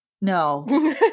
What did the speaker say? no